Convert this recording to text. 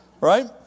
Right